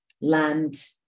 Land